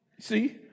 See